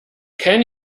can